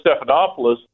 Stephanopoulos